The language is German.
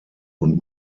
und